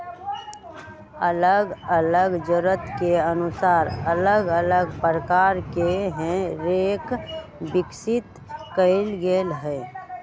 अल्लग अल्लग जरूरत के अनुसार अल्लग अल्लग प्रकार के हे रेक विकसित कएल गेल हइ